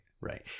Right